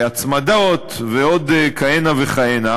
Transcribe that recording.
בהצמדות ועוד כהנה וכהנה,